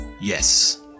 Yes